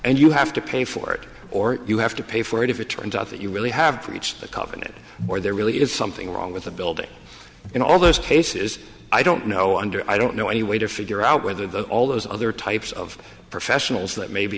and you have to pay for it or you have to pay for it if it turns out that you really have reached the covenant or there really is something wrong with the building in all those cases i don't know under i don't know any way to figure out whether the all those other types of professionals that may be